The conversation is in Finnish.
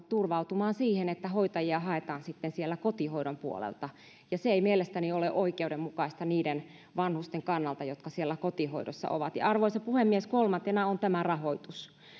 luultavasti turvautumaan siihen että hoitajia haetaan sitten sieltä kotihoidon puolelta ja se ei mielestäni ole oikeudenmukaista niiden vanhusten kannalta jotka siellä kotihoidossa ovat arvoisa puhemies kolmantena on tämä rahoitus